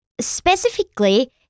specifically